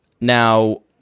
Now